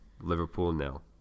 Liverpool-nil